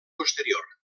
posterior